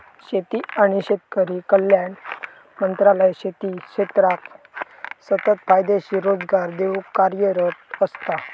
शेती आणि शेतकरी कल्याण मंत्रालय शेती क्षेत्राक सतत फायदेशीर रोजगार देऊक कार्यरत असता